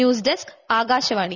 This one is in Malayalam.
news desk Akashvani